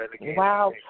Wow